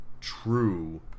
True